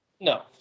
No